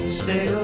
stay